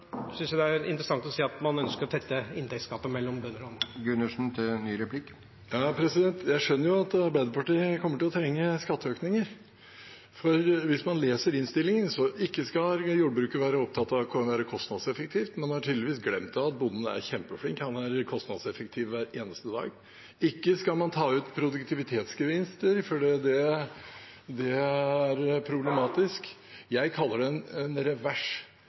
synes det er interessant å se at man ønsker å tette inntektsgapet mellom bønder og andre grupper. Jeg skjønner at Arbeiderpartiet kommer til å trenge skatteøkninger, for hvis man leser innstillingen: Ikke skal jordbruket være opptatt av å være kostnadseffektivt, man har tydeligvis glemt at bonden er kjempeflink, at han er kostnadseffektiv hver eneste dag. Ikke skal man ta ut produktivitetsgevinst, for det er problematisk. Jeg kaller det en revers